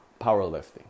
powerlifting